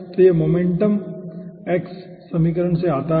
तो यह x momentum समीकरण से आता है